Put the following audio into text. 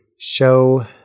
show